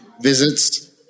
visits